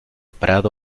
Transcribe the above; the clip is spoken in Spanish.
prado